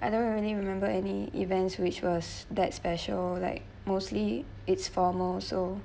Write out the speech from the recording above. I don't really remember any events which was that special like mostly it's formal also